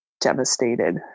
devastated